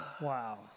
Wow